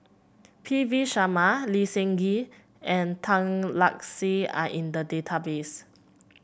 P V Sharma Lee Seng Gee and Tan Lark Sye are in the database